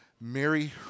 Mary